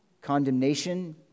Condemnation